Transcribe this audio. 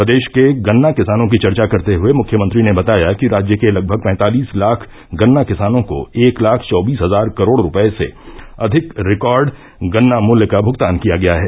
प्रदेश के गन्ना किसानों की चर्चा करते हुए मुख्यमंत्री ने बताया कि राज्य के लगभग पैंतालीस लाख गन्ना किसानों को एक लाख चौबीस हजार करोड़ रूपये से अधिक रिकार्ड गन्ना मूल्य का भूगतान किया गया है